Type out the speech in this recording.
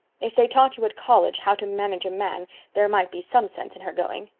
if they taught you at college how to manage a man there might be some sense in her going.